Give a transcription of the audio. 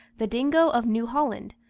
the dingo of new holland,